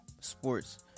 sports